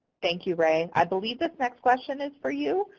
thank you, ray. i believe this next question is for you,